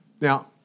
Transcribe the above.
Now